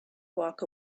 walk